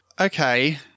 Okay